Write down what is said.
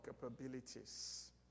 capabilities